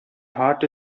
heart